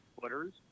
footers